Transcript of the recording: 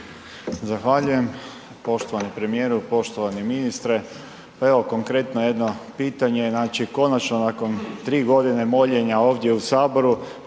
Zahvaljujem poštovanom premijeru. Poštovani ministre, pa evo konkretno jedno pitanje znači konačno nakon 3.g. moljenja ovdje u HS